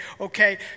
okay